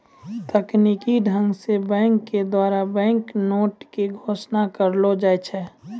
तकनीकी ढंग से बैंक के द्वारा बैंक नोट के घोषणा करलो जाय छै